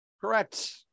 Correct